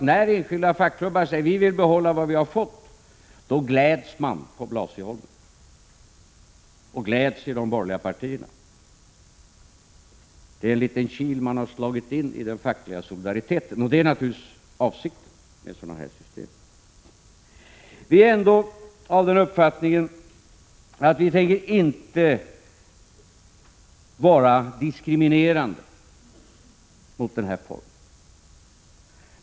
När enskilda fackklubbar säger att ”vi vill behålla vad vi har fått”, då gläds man på Blasieholmen och i de borgerliga partierna. Det är en liten kil som man har slagit in i den fackliga solidariteten, och det är naturligtvis avsikten med sådana här system. Vi är ändå av den uppfattningen att vi inte skall vara diskriminerande mot den här formen.